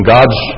God's